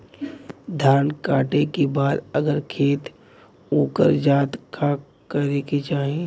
धान कांटेके बाद अगर खेत उकर जात का करे के चाही?